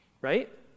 Right